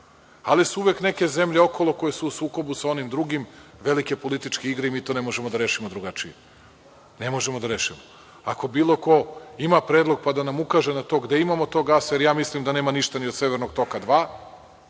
ali su uvek neke zemlje okolo koje su u sukobu sa onim drugim velike političke igre i mi to ne možemo da rešimo drugačije. Ne možemo da rešimo. Ako bilo ko ima predlog pa da nam ukaže na to gde ima tog gasa, jer ja mislim da nema ništa ni od Severnog toka